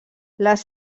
les